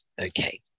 Okay